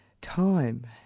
time